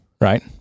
right